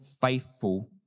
faithful